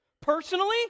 Personally